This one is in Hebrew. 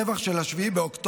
הטבח של 7 באוקטובר